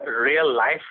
real-life